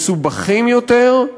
מסובכים יותר,